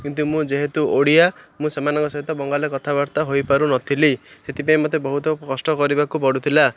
କିନ୍ତୁ ମୁଁ ଯେହେତୁ ଓଡ଼ିଆ ମୁଁ ସେମାନଙ୍କ ସହିତ ବଙ୍ଗଲରେ କଥାବାର୍ତ୍ତା ହୋଇପାରୁନ ଥିଲି ସେଥିପାଇଁ ମୋତେ ବହୁତ କଷ୍ଟ କରିବାକୁ ପଡ଼ୁଥିଲା